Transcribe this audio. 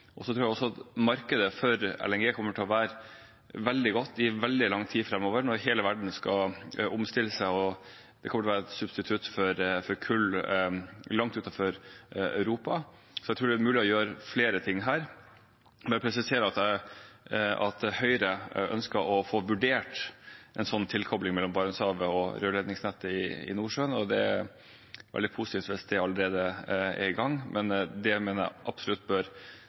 Så tror jeg også at markedet for LNG kommer til å være veldig godt i veldig lang tid framover, når hele verden skal omstille seg, og det kommer til å være et substitutt for kull langt utenfor Europa. Så jeg tror det er mulig å gjøre flere ting her. Så må jeg presisere at Høyre ønsker å få vurdert en sånn tilkobling mellom Barentshavet og rørledningsnettet i Nordsjøen, og det er veldig positivt hvis det allerede er i gang. Det mener jeg absolutt bør